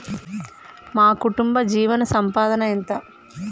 మా కుటుంబ జీవన సంపాదన ఎంత?